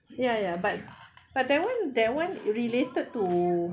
ya ya but but that [one] that [one] related to